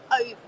over